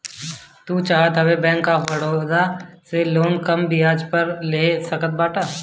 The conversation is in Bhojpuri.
तू चाहअ तअ बैंक ऑफ़ बड़ोदा से लोन कम बियाज पअ ले सकत बाटअ